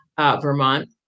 Vermont